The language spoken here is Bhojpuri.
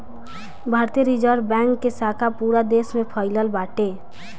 भारतीय रिजर्व बैंक के शाखा पूरा देस में फइलल बाटे